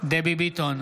דבי ביטון,